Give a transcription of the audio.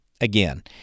again